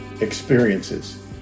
experiences